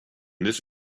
this